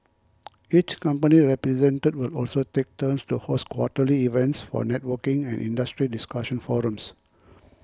each company represented will also take turns to host quarterly events for networking and industry discussion forums